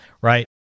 right